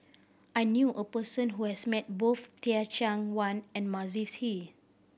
I knew a person who has met both Teh Cheang Wan and Mavis Hee